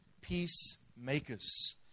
peacemakers